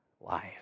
life